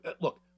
look